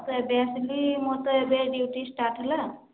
ମୁଁ ତ ଏବେ ଆସିଲି ମୁଁ ଏବେ ଡ୍ୟୁଟି ଷ୍ଟାର୍ଟ ହେଲା